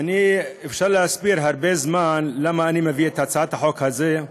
אפשר להסביר הרבה זמן למה אני מביא את הצעת החוק הזאת,